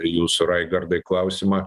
jūsų raigardai klausimą